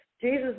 Jesus